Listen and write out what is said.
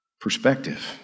perspective